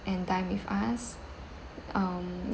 and dine with us um